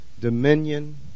dominion